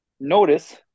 Notice